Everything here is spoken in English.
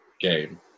game